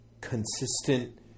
consistent